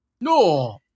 No